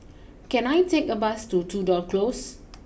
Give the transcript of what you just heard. can I take a bus to Tudor close